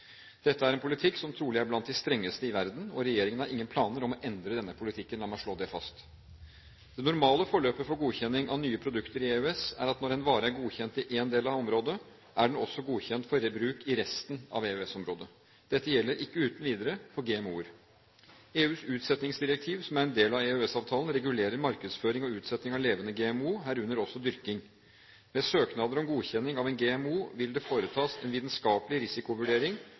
Dette er en politikk som trolig er blant de strengeste i verden, og regjeringen har ingen planer om å endre denne politikken – la meg slå det fast. Det normale forløpet for godkjenning av nye produkter i EØS er at når en vare er godkjent i én del av EØS-området, er den også godkjent for bruk i resten av EØS-området. Dette gjelder ikke uten videre for GMO-er. EUs utsettingsdirektiv, som er en del av EØS-avtalen, regulerer markedsføring og utsetting av levende GMO, herunder også dyrking. Ved søknader om godkjenning av en GMO vil det foretas en vitenskapelig risikovurdering